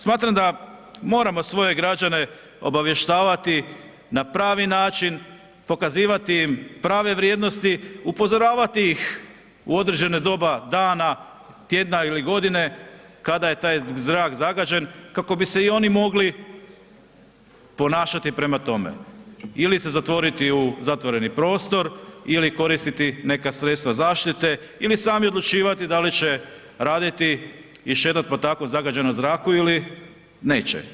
Smatram da moramo svoje građane obavještavati na pravi način, pokazivati im prave vrijednosti, upozoravati ih u određeno doba dana, tjedna ili godine kada je taj zrak zagađen kako bi se i oni mogli ponašati prema tome ili se zatvoriti u zatvoreni prostor ili koristiti neka sredstava zaštite ili sami odlučivati da li će raditi i šetat po tako zagađenom zraku ili neće.